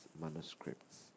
manuscripts